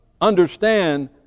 understand